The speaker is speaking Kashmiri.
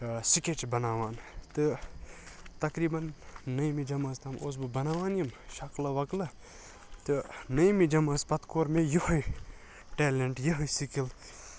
سکیٚچ بناوان تہٕ تَقریبن نٔیمہِ جَمٲژ تام اوسُس بہٕ بَناوان یِم شَکلہٕ وَکلہٕ تہٕ نٔیمہٕ جمٲژ پَتہٕ کوٚر مےٚ یِہوے ٹیلینٹ یِہٕے سکل